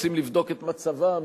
רוצים לבדוק את מצבם,